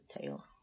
tail